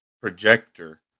projector